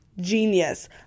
genius